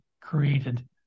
created